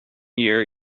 year